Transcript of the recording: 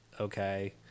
okay